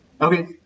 Okay